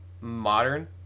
modern